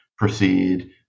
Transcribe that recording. proceed